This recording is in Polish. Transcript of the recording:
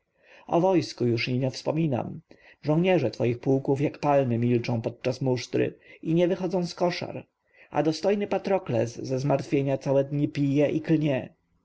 o wojsku już i nie wspominam żołnierze twoich pułków jak palmy milczą podczas musztry i nie wychodzą z koszar a dostojny patrokles ze zmartwienia całe dni pije i klnie